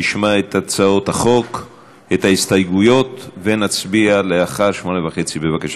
נשמע את הצעות החוק ואת ההסתייגויות ונצביע לאחר 20:30. בבקשה,